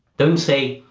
don't say,